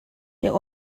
der